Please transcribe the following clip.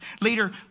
Later